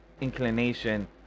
inclination